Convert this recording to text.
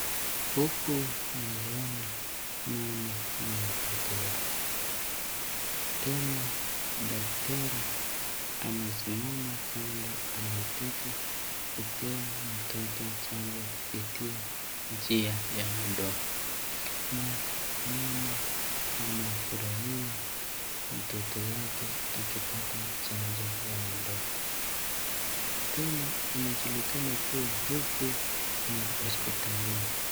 Huku namwona mama na mtoto wake tena daktari amesimama kando anataka kupea mtoto chanjo kupitia njia ya mdomo na mama amefurahia mtoto wake akipata chanjo ya mdomo tena inajulikana pia huku ni hospitalini.